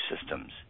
systems